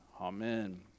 Amen